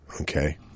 Okay